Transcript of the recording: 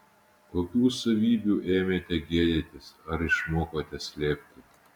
kokių savybių ėmėte gėdytis ar išmokote slėpti